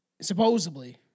Supposedly